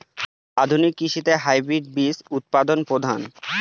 আধুনিক কৃষিতে হাইব্রিড বীজ উৎপাদন প্রধান